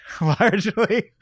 Largely